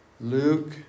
Luke